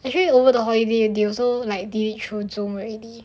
actually over the holiday they also like did it through zoom already